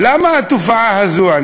למה התופעה הזאת?